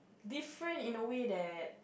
different in a way that